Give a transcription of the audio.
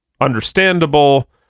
understandable